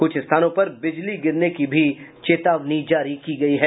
कुछ स्थानों पर बिजली गिरने की भी चेतावनी जारी की गयी है